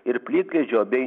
ir plikledžio bei